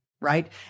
right